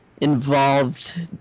involved